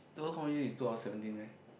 the whole conversation is two hour seventeen meh